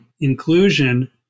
inclusion